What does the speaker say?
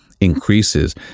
increases